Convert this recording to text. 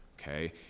okay